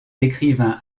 l’écrivain